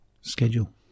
schedule